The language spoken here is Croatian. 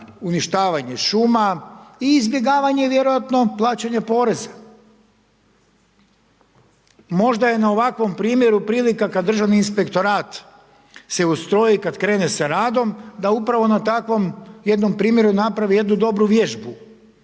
uništavanje šuma i izbjegavanje vjerojatno plaćanje poreza. Možda je na ovakvom primjeru prilika kada Državni inspektorat se ustroji i kada krene sa radom, da upravo na takvom jednom primjeru napravi jednu dobru vježbu,